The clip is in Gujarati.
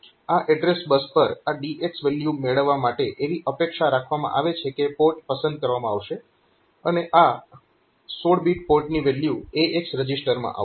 આ એડ્રેસ બસ પર આ DX વેલ્યુ મેળવવા માટે એવી અપેક્ષા રાખવામાં આવે છે કે પોર્ટ પસંદ કરવામાં આવશે અને આ 16 બીટ પોર્ટની વેલ્યુ AX રજીસ્ટરમાં આવશે